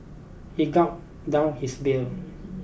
he gulped down his beer